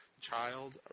Child